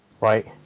right